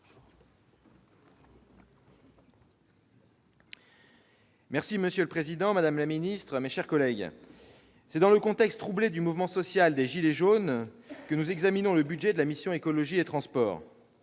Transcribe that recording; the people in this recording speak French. Monsieur le président, madame la ministre, mes chers collègues, c'est dans le contexte troublé du mouvement social des « gilets jaunes » que nous examinons le budget de la mission « Écologie,